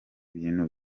bintu